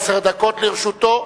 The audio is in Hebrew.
עשר דקות לרשותו,